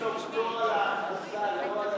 יש לו פטור על ההכנסה, לא על הריבית.